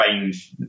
range